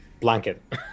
blanket